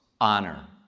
honor